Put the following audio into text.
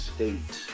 State